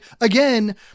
again –